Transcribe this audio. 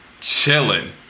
chilling